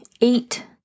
eight